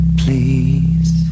please